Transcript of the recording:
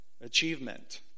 achievement